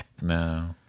No